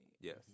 Yes